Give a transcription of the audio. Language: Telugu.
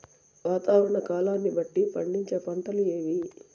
వాతావరణ కాలాన్ని బట్టి పండించే పంటలు ఏవి?